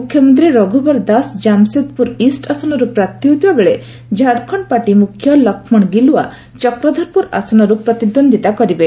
ମୁଖ୍ୟମନ୍ତ୍ରୀ ରଘୁବର ଦାସ ଜାମସେଦପୁର ଇଷ୍ଟ୍ ଆସନରୁ ପ୍ରାର୍ଥୀ ହୋଇଥିବା ବେଳେ ଝାଡ଼ଖଣ୍ଡ ପାର୍ଟି ମୁଖ୍ୟ ଲକ୍ଷ୍ମଣ ଗିଲୁଆ ଚକ୍ରଧରପୁର ଆସନରୁ ପ୍ରତିଦ୍ୱନ୍ଦିତା କରିବେ